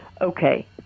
okay